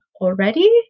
already